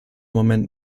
moment